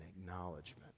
acknowledgement